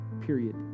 Period